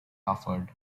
offered